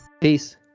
Peace